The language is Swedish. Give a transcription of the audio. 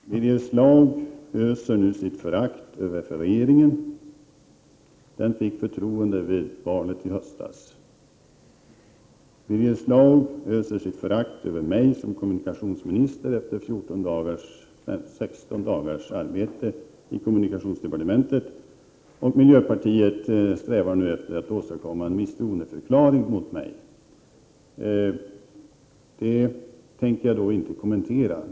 Fru talman! Birger Schlaug öser sitt förakt över regeringen. Den fick förtroende vid valet i höstas. Birger Schlaug öser sitt förakt över mig som kommunikationsminister efter det att jag arbetat 16 dagar i kommunikationsdepartementet. Miljöpartiet strävar nu efter att åstadkomma en misstroendeförklaring mot mig, vilket jag inte avser att kommentera.